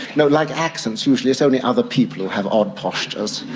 you know like accents usually, it's only other people who have odd postures,